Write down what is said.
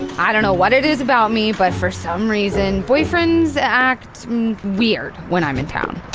i don't know what it is about me, but for some reason, boyfriends act weird when i'm in town.